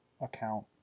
account